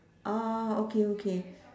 ah okay okay